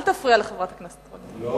אל תפריע לחברת הכנסת רונית תירוש.